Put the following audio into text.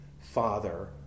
father